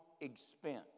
Expense